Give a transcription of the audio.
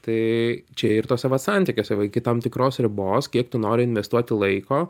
tai čia ir tuose vat santykiuose iki tam tikros ribos kiek tu nori investuoti laiko